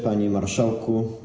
Panie Marszałku!